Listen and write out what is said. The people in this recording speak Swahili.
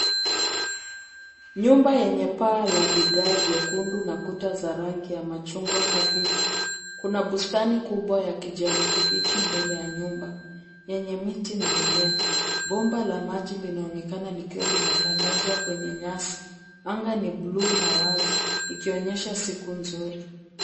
Nyumba yenye paa la vigae vyekundu na kuta za rangi ya machungwa hafifu. Kuna bustani kubwa ya kijani kibichi mbele ya nyumba yenye miti na mimea. Bomba la maji linaonekana likiwa limetandazwa kwenye nyasi. Anga ni blue na wazi ikionyesha siku nzuri.